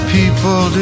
People